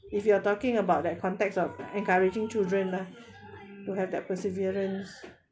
if you are talking about that context of encouraging children lah to have that perseverance